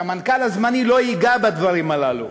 שהמנכ"ל הזמני לא ייגע בדברים הללו.